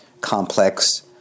complex